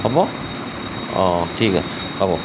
হ'ব অঁ অঁ ঠিক আছে হ'ব